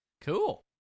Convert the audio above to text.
Cool